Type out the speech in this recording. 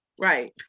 right